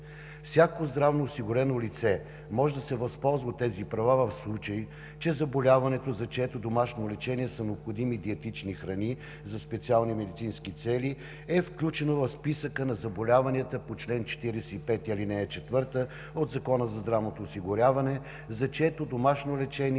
Всяко здравноосигурено лице може да се възползва от тези права, в случай че заболяването, за чието домашно лечение са необходими диетични храни за специални медицински цели, е включено в Списъка на заболяванията по чл. 45, ал. 4 от Закона за здравното осигуряване, за чието домашно лечение